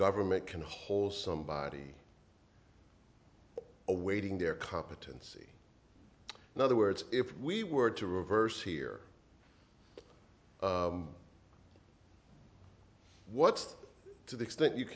government can hold somebody awaiting their competency in other words if we were to reverse here what to the extent you